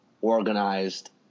organized